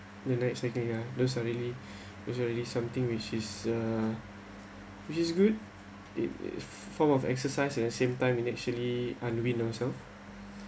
the night cycling ya those suddenly those suddenly something which is uh which is good it is form of exercise at the same time in actually unwind ourselves